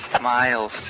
miles